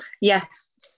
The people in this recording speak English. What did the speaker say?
yes